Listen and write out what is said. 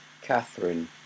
Catherine